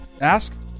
Ask